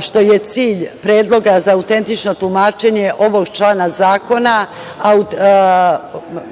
što je cilj Predloga za autentično tumačenje ovog člana zakona,